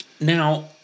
Now